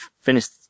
finished